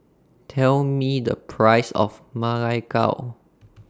Tell Me The Price of Ma Lai Gao